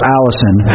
Allison